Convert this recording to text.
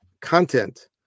content